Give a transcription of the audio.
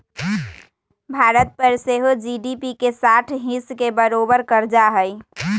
भारत पर सेहो जी.डी.पी के साठ हिस् के बरोबर कर्जा हइ